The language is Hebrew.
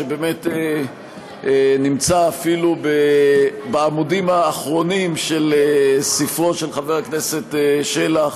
שהוא באמת נמצא אפילו בעמודים האחרונים של ספרו של חבר הכנסת שלח,